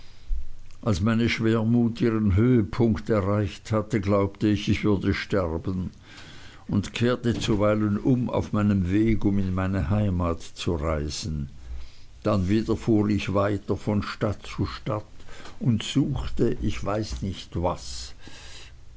als meine schwermut ihren höhepunkt erreicht hatte glaubte ich ich würde sterben und kehrte zuweilen um auf meinem wege um in meine heimat zu reisen dann wieder fuhr ich weiter von stadt zu stadt und suchte ich weiß nicht was